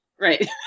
Right